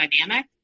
dynamic